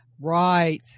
Right